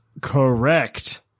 Correct